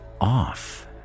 off